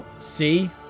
See